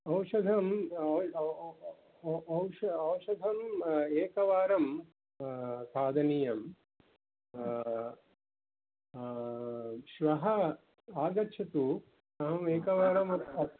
औषधम् ओ ओ ओ ओ औष औषधं एकवारं खादनीयं श्वः आगच्छतु अहम् एकवारम् अत् अत्